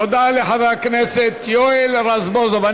תודה לחבר הכנסת יואל רזבוזוב.